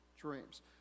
dreams